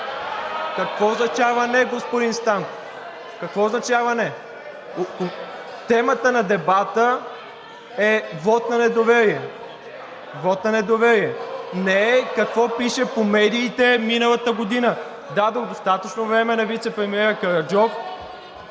Какво означава не, господин Чолаков? Какво означава не? Темата на дебата е вот на недоверие, вот на недоверие, не е какво пише по медиите миналата година. Дадох достатъчно време на вицепремиера Караджов,